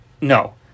No